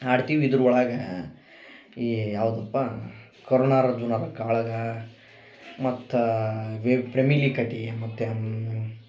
ಆಡ್ತೀವಿ ಇದರೊಳಗ ಈ ಯಾವುದಪ್ಪ ಕರುಣಾರ್ಜುನರ ಕಾಳಗ ಮತ್ತು ವಿ ಪ್ರಮಿಲಿ ಕಟಿ ಮತ್ತು